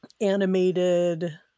animated